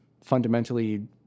fundamentally